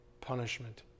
punishment